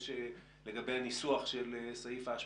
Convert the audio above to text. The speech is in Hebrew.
לגבי ניסוח סעיף האשמה.